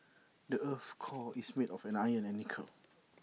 the Earth's core is made of iron and nickel